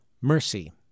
mercy